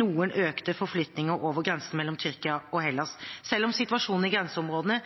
noen økte forflytninger over grensen mellom Tyrkia og Hellas, selv om situasjonen i grenseområdene